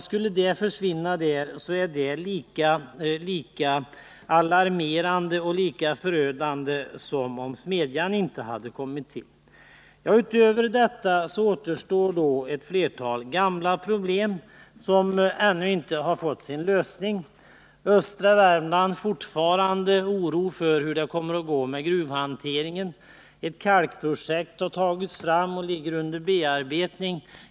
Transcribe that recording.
Skulle gjuteriet försvinna, blev det lika alarmerande och förödande som om smedjan inte hade kommit till. Utöver detta återstår flera gamla problem, som inte har fått sin lösning. I östra Värmland råder fortfarande oro för hur det kommer att gå med gruvhanteringen. Ett kalkprojekt har tagits fram och är under bearbetning.